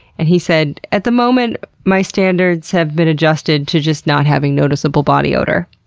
and he said, at the moment my standards have been adjusted to just not having noticeable body odor.